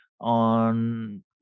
on